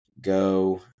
go